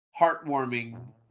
heartwarming